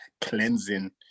cleansing